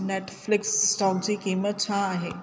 Netflix stock जी क़ीमत छा आहे